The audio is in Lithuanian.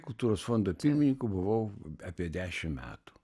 kultūros fondo pirmininku buvau apie dešim metų